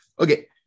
okay